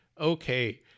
Okay